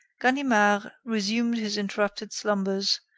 ganimard resumed his interrupted slumbers,